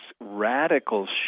radical